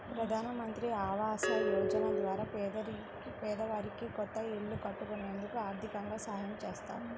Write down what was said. ప్రధానమంత్రి ఆవాస యోజన ద్వారా పేదవారికి కొత్త ఇల్లు కట్టుకునేందుకు ఆర్దికంగా సాయం చేత్తారు